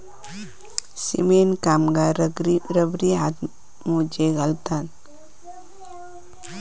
cement कामगार रबरी हातमोजे घालतत